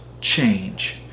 change